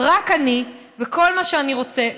רק אני וכל מה שאני רוצה,